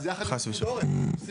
חס ושלום.